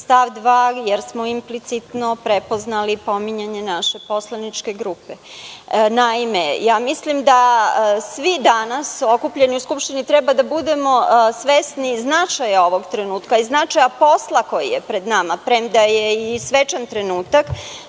stav 2. jer smo implicitno prepoznali pominjanje naše poslaničke grupe. Naime, mislim da svi danas okupljeni u Skupštini treba da budemo svesni značaja ovog trenutka i značaja posla koji je pred nama, premda je i svečan trenutak.